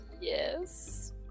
Yes